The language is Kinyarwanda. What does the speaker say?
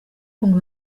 ngo